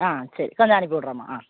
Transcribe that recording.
ஆ சரி கொஞ்சம் அனுப்பிவிட்றேம்மா ஆ